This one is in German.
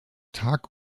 tag